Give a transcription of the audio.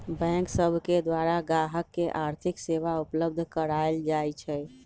bank सब के द्वारा गाहक के आर्थिक सेवा उपलब्ध कराएल जाइ छइ